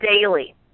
daily